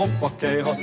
poker